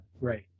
Right